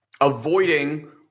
avoiding